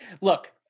Look